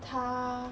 他